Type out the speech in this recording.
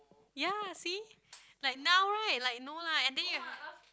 ya see like now right like no lah and then you have